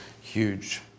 huge